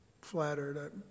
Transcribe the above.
flattered